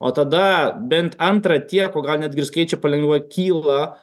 o tada bent antrą tiek o gal netgi ir skaičiai palengva kyla